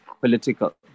political